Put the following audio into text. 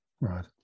right